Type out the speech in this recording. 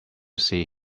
see